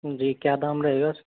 जी क्या दाम रहेगा